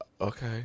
okay